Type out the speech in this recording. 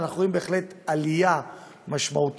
ואנחנו רואים בהחלט עלייה משמעותית.